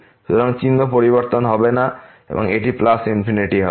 সুতরাং চিহ্ন পরিবর্তন হবে না এবং এটি প্লাস ইনফিনিটি হবে